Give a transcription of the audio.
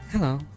Hello